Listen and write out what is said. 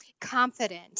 confident